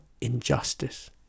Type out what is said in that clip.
injustice